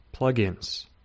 plugins